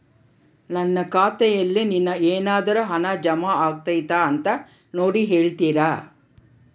ನನ್ನ ಖಾತೆಯಲ್ಲಿ ನಿನ್ನೆ ಏನಾದರೂ ಹಣ ಜಮಾ ಆಗೈತಾ ಅಂತ ನೋಡಿ ಹೇಳ್ತೇರಾ?